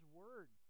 word